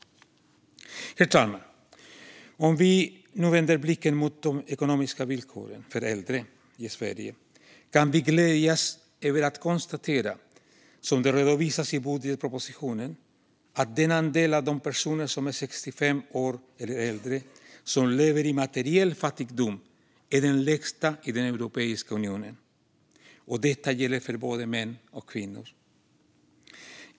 Herr talman! Om vi nu vänder blicken mot de ekonomiska villkoren för de äldre i Sverige kan vi glädjas över att konstatera, som redovisas i budgetpropositionen, att andelen personer som är 65 år eller äldre och som lever i materiell fattigdom är den lägsta i Europeiska unionen. Och detta gäller både män och kvinnor.